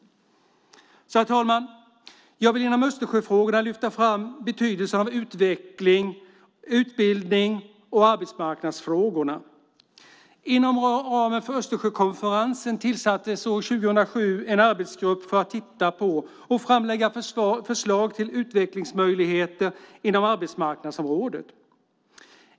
Herr talman! Jag vill genom Östersjöfrågorna lyfta fram betydelsen av utbildnings och arbetsmarknadsfrågorna. Inom ramen för Östersjökonferensen tillsattes år 2007 en arbetsgrupp för att titta på och framlägga förslag till utvecklingsmöjligheter inom arbetsmarknadsområdet.